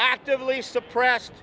actively suppressed